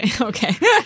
okay